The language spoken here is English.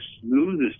smoothest